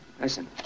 Listen